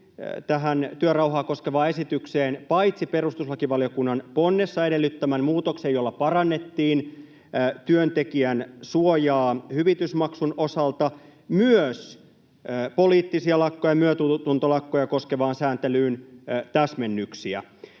tähän työrauhaa koskevaan esitykseen paitsi perustuslakivaliokunnan ponnessa edellyttämän muutoksen, jolla parannettiin työntekijän suojaa hyvitysmaksun osalta, myös poliittisia lakkoja, myötätuntolakkoja koskevaan sääntelyyn täsmennyksiä.